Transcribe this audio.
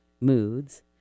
moods